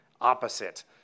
opposite